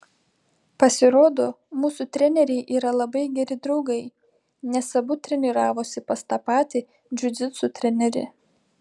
pasirodo mūsų treneriai yra labai geri draugai nes abu treniravosi pas tą patį džiudžitsu trenerį